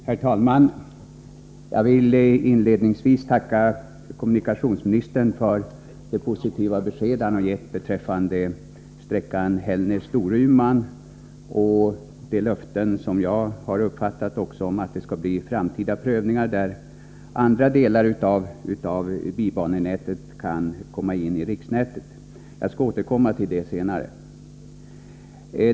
Herr talman! Jag vill inledningsvis tacka kommunikationsministern för det positiva besked han har gett beträffande sträckan Hällnäs-Storuman och för vad jag har uppfattat som löften om framtida prövningar där andra delar av bibanenätet kan komma in i riksnätet. Jag skall senare återkomma till detta.